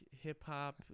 hip-hop